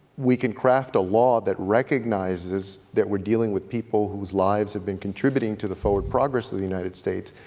we can craft a law that recognizes that we're dealing with people whose lives have been contributing to the forward progress of the united states,